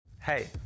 Hey